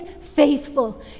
faithful